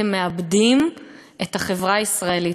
אתם מאבדים את החברה הישראלית,